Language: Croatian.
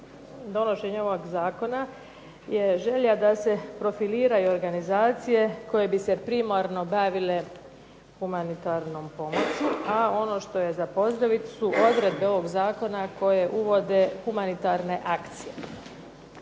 donošenje ovog zakona je želja da se profiliraju organizacije koje bi se primarno bavile humanitarnom pomoći, a ono što je za pozdraviti su odredbe ovog zakona koje uvode humanitarne akcije.